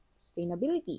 sustainability